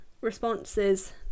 responses